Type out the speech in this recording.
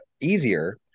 easier